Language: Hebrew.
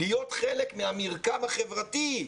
להיות חלק מהמרקם החברתי,